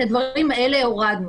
את הדברים האלה הורדנו.